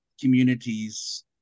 communities